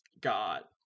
got